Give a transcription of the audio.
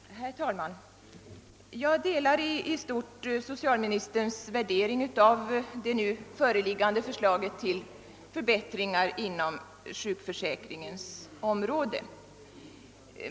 Herr talman! Jag delar i stort socialministerns värdering av det nu föreliggande förslaget till förbättringar inom sjukförsäkringens område.